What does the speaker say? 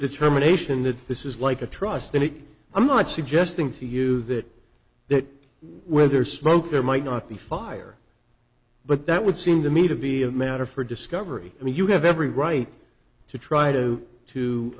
determination that this is like a trust me i'm not suggesting to you that that where there's smoke there might not be fire but that would seem to me to be a matter for discovery and you have every right to try to to